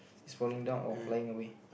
is falling down or flying away